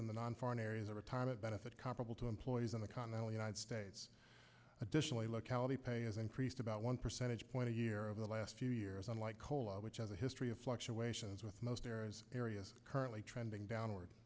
in the non foreign areas a retirement benefit comparable to employees in the continental united states additionally locality pay is increased about one percentage point a year over the last few years unlike cola which has a history of fluctuations with most areas areas currently trending downward